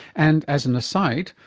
and as an aside,